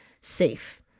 safe